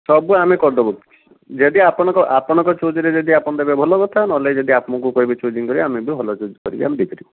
ସବୁ ଆମେ କରିଦେବୁ ଯଦି ଆପଣଙ୍କ ଆପଣଙ୍କ ଚୁଜ୍ରେ ଯଦି ଆପଣ ଦେବେ ଭଲ କଥା ନହେଲେ ଯଦି ଆମକୁ କହିବେ ଚୁଜିଙ୍ଗି କରିବା ପାଇଁ ଆମେ ବି ଭଲ ଚୁଜ୍ କରିକି ଆମେ ଦେଇପାରିବୁ